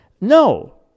no